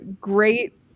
great